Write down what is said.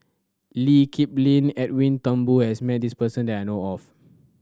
Lee Kip Lin and Edwin Thumboo has met this person that I know of